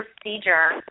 procedure